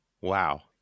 Wow